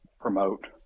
promote